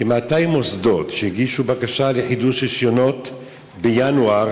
כ-200 מוסדות שהגישו בקשה לחידוש רישיונות בינואר,